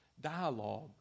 Dialogue